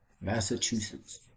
Massachusetts